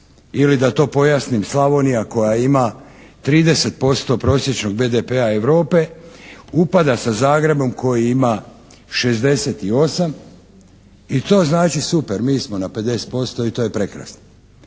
Ili da to pojasnim, Slavonija koja ima 30% prosječnog BDP-a Europe upada sa Zagrebom koji ima 68 i to znači, super. Mi smo na 50% i to je prekrasno.